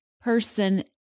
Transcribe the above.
person